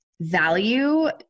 value